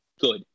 good